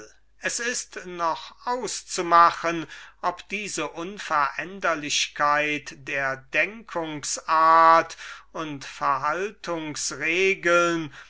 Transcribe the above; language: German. es ist noch nicht ausgemacht ob diese unveränderlichkeit der denkungs-art und